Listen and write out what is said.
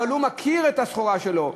אבל הוא מכיר את הסחורה שלו.